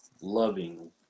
loving